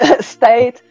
state